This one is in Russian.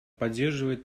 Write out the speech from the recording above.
поддерживает